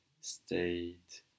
state